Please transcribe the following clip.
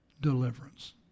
deliverance